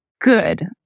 good